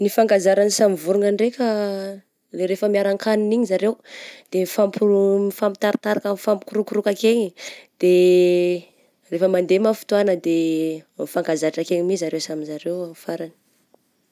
Ny ifankazaragny samy vorogna ndraika le rehefa miharan-kagnina igny zareo de mifampi-mifampitaritarika mifampikorokoroka akegny, de rehefa mandeha ma fotoagna de mifankazatra kegny my zareo samy zareo amin'ny farany.